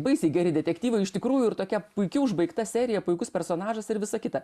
baisiai geri detektyvai iš tikrųjų ir tokia puiki užbaigta serija puikus personažas ir visa kita